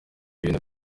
ibintu